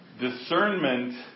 Discernment